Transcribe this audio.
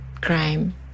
crime